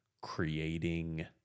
creating